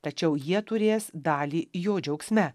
tačiau jie turės dalį jo džiaugsme